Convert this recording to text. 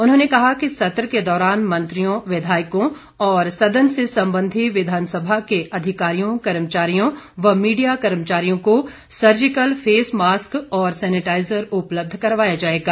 उन्होंने कहा कि सत्र के दौरान मंत्रियों विधायकों और सदन से संबंधी विधानसभा के अधिकारियों कर्मचारियों व मीडिया कर्मचारियों को सर्जिकल फेसमास्क और सैनेटाइजर उपलब्ध करवाया जाएगा